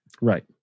Right